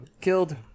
killed